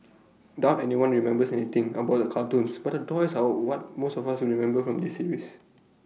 doubt anyone remembers anything about the cartoons but the toys are what most of us will remember from this series